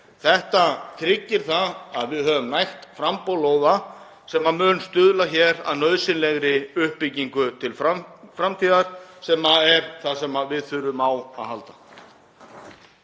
Þetta tryggir það að við höfum nægt framboð lóða sem mun stuðla að nauðsynlegri uppbyggingu til framtíðar sem er það sem við þurfum á að halda.